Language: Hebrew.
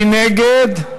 מי נגד?